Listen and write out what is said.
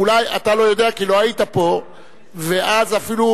אולי אתה לא יודע כי לא היית פה ואז אפילו